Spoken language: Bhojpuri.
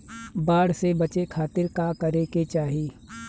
बाढ़ से बचे खातिर का करे के चाहीं?